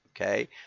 Okay